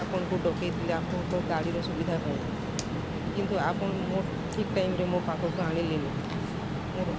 ଆପଣଙ୍କୁ ଡ଼କେଇଥିଲେ ଆପଣଙ୍କ ଗାଡ଼ିର ସୁବିଧା ପାଇଁ କିନ୍ତୁ ଆପଣ ମୋ ଠିକ୍ ଟାଇମ୍ରେ ମୋ ପାଖକୁ ଆଣିଲେନି ମୋର